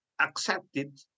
accepted